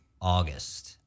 August